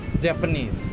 Japanese